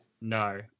No